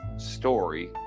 story